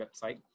website